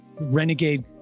renegade